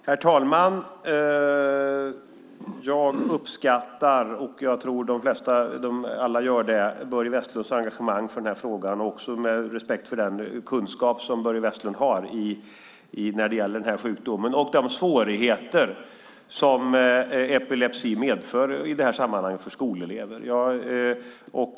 Herr talman! Jag uppskattar - och det tror jag att alla gör - Börje Vestlunds engagemang i frågan, också med respekt för den kunskap som han har om sjukdomen och om de svårigheter som epilepsi medför i det här sammanhanget, för skolelever.